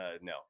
no